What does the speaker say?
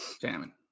Jamming